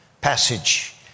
passage